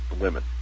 women